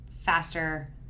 faster